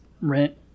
rent